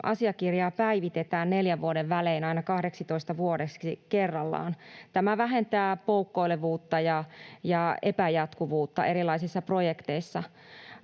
asiakirjaa päivitetään neljän vuoden välein aina 12 vuodeksi kerrallaan. Tämä vähentää poukkoilevuutta ja epäjatkuvuutta erilaisissa projekteissa.